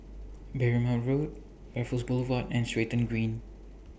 Berrima Road Raffles Boulevard and Stratton Green